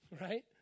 right